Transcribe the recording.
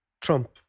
Trump